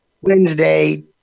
Wednesday